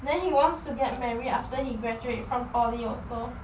then he wants to get marry after he graduate from poly also